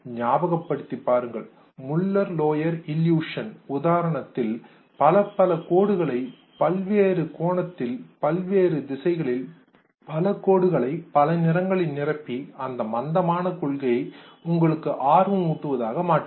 ஞாபகப் படுத்திப்பாருங்கள் Muller Lyer illusion உதாரணத்தில் பல பல கோடுகளை பல்வேறு கணத்தில் பல்வேறு திசைகளில் பல கோடுகளை பல நிறங்களில் நிரப்பி அந்த மந்தமான கொள்கையை உங்களுக்கு ஆர்வம் ஊட்டுவதாக மாற்றியது